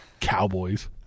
Cowboys